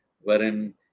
wherein